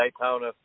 Daytona